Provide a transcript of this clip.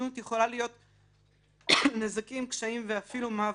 לזנות יכולים להיות נזקים קשים ואפילו מוות.